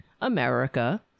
America